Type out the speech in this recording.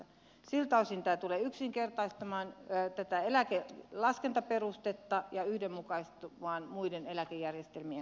siltä osin tämä tulee yksinkertaistamaan tätä eläkelaskentaperustetta ja yhdenmukaistumaan muiden eläkejärjestelmiä